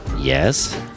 Yes